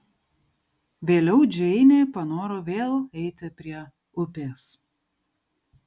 vėliau džeinė panoro vėl eiti prie upės